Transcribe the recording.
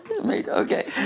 Okay